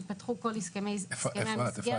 ייפתחו כל הסכמי המסגרת.